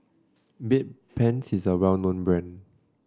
Bedpans is a well known brand